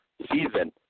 season